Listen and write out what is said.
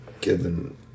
given